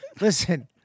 Listen